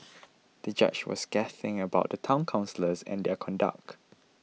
the judge was scathing about the Town Councillors and their conduct